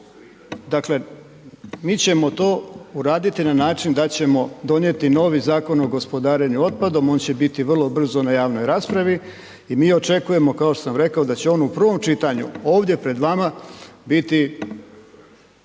Dakle mi ćemo to uraditi na način da ćemo donijeti novi Zakon o gospodarenju otpadom, on će biti vrlo brzo na javnoj raspravi i mi očekujemo kao što sam rekao, da će on u prvom čitanju ovdje pred vama biti